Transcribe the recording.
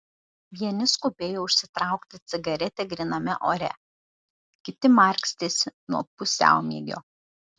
vieni skubėjo užsitraukti cigaretę gryname ore kiti markstėsi nuo pusiaumiegio